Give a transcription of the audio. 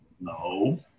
No